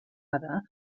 other